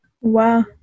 Wow